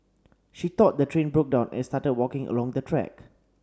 she thought the train broke down and started walking along the track